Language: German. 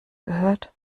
gehört